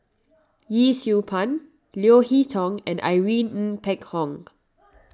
Yee Siew Pun Leo Hee Tong and Irene Ng Phek Hoong